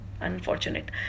unfortunate